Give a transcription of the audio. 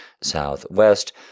Southwest